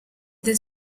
del